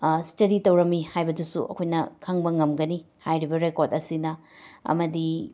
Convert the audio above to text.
study ꯇꯧꯔꯝꯃꯤ ꯍꯥꯏꯕꯗꯨꯁꯨ ꯑꯩꯈꯣꯏꯅ ꯈꯪꯕ ꯉꯝꯒꯅꯤ ꯍꯥꯏꯔꯤꯕ ꯔꯦꯀꯣꯗ ꯑꯁꯤꯅ ꯑꯃꯗꯤ